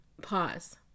Pause